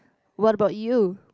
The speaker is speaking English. what about you